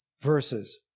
verses